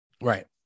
Right